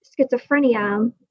schizophrenia